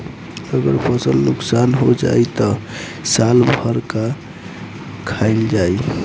अगर फसल नुकसान हो जाई त साल भर का खाईल जाई